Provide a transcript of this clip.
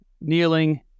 kneeling